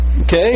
Okay